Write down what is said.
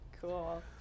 Cool